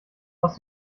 aus